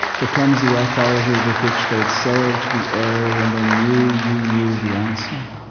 the clumsy authority with which they'd sail to the air when they knew you knew the answer.